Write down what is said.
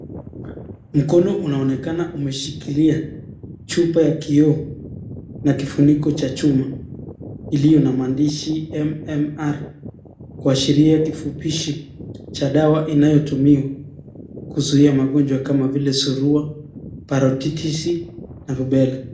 Mkono umeonekana umeshikilia chupa ya kioo na kifuniko cha chuma iliyo na maandishi MMR kuashiria kifupishi cha dawa inayotumiwa kuzuia magonjwa kama vile surua, parototisi na rubella.